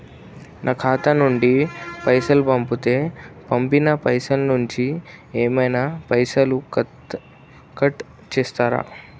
నా ఖాతా నుండి పైసలు పంపుతే పంపిన పైసల నుంచి ఏమైనా పైసలు కట్ చేత్తరా?